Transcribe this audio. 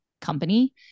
company